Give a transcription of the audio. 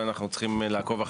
ואנחנו צריכים לעקוב אחריהן.